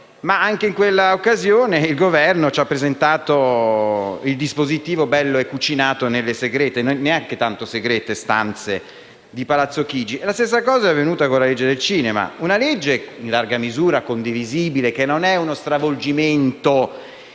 ma anche in quella occasione il Governo ci ha presentato il dispositivo, bello e cucinato nelle segrete (ma neanche tanto segrete) stanze di Palazzo Chigi. E la stessa cosa è avvenuta con la legge sul cinema, una legge in larga misura condivisibile, che non è uno stravolgimento